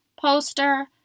poster